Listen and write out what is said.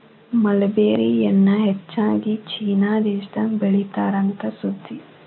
mulberry ಎನ್ನಾ ಹೆಚ್ಚಾಗಿ China ದೇಶದಾಗ ಬೇಳಿತಾರ ಅಂತ ಸುದ್ದಿ